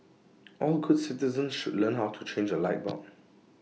all good citizens should learn how to change A light bulb